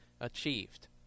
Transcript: achieved